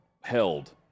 held